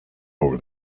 over